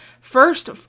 first